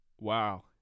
Wow